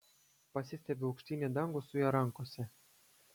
pasistiebiu aukštyn į dangų su juo rankose